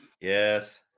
yes